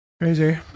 Crazy